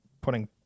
putting